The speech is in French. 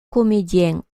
comédiens